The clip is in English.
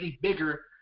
bigger